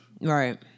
right